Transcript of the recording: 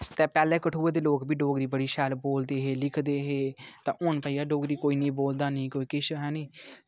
ते पैह्लें कठुए दो लोग बी डोगरी बड़ी शैल बोलदे हे लिखदे हे तां हून भाईया डोगरी कोई नी बोलदा नेईं कोई किश हैनी